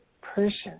person